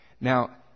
Now